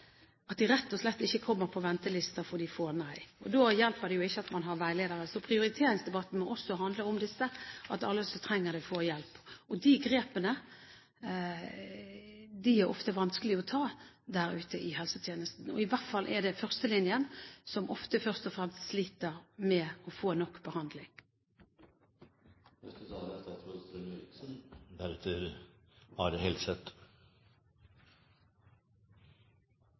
at de rett og slett ikke kommer på ventelisten, fordi de får nei. Da hjelper det jo ikke at man har veiledere. Så prioriteringsdebatten må også handle om dette, at alle som trenger det, får hjelp. De grepene er ofte vanskelige å ta der ute i helsetjenesten, i hvert fall er det i førstelinjen man ofte først og fremst sliter med å få til nok behandling. Vi er